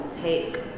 take